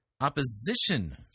opposition